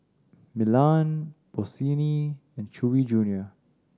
Milan Bossini and Chewy Junior